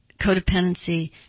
codependency